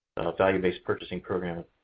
value-based purchasing program